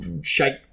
shake